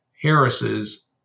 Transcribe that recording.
harris's